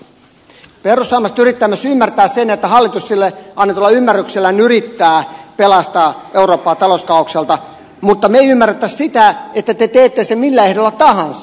perussuomalaiset yrittävät myös ymmärtää sen että hallitus sille annetulla ymmärryksellä yrittää pelastaa europpaa talouskaaokselta mutta me emme ymmärrä sitä että te teette sen millä ehdolla tahansa